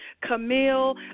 camille